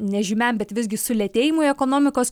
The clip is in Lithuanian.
nežymiam bet visgi sulėtėjimui ekonomikos